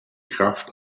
kraft